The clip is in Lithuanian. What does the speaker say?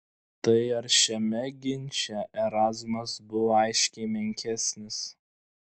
tai ar šiame ginče erazmas buvo aiškiai menkesnis